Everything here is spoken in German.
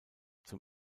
zum